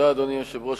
אדוני היושב-ראש,